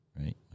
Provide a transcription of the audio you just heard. right